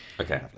Okay